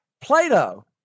Plato